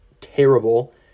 terrible